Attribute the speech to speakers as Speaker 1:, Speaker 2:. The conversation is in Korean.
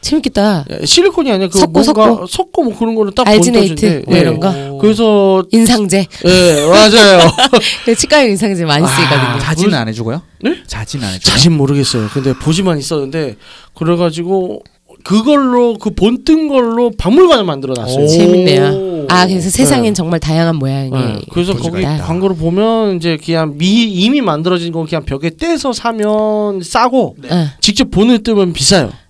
Speaker 1: 재밌겠다.
Speaker 2: 예, 실리콘이 아니라 그
Speaker 1: 섞고,
Speaker 2: 뭔가
Speaker 1: 섞고.
Speaker 2: 섞고 뭐 그런 거를 딱
Speaker 1: 알지네이트
Speaker 2: 본떠진데,
Speaker 1: 뭐
Speaker 2: 예.
Speaker 1: 이런 거?
Speaker 2: 그래서
Speaker 1: 인상제.
Speaker 2: 예, 맞아요.
Speaker 1: 근데 치과에 인상제 많이
Speaker 2: 아,
Speaker 1: 쓰이거든요.
Speaker 3: 자진은 안 해주고요?
Speaker 2: 네?
Speaker 3: 자진은 안 해주고요?
Speaker 2: 자진 모르겠어요. 근데 보지만 있었는데 그래가지고 그걸로 그 본뜬 걸로 박물관을 만들어놨어요.
Speaker 1: 재밌네요. 아, 그래서
Speaker 2: 오.
Speaker 1: 세상엔
Speaker 2: 네.
Speaker 1: 정말 다양한 모양이
Speaker 2: 네. 그래서
Speaker 3: 보지가
Speaker 2: 거기
Speaker 3: 있다.
Speaker 2: 광고를 보면 이제 그냥 미- 이미 만들어진 거 그냥 벽에 떼서 사면 싸고
Speaker 3: 네.
Speaker 2: 직접
Speaker 1: 응.
Speaker 2: 본을 뜨면 비싸요.